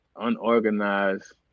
unorganized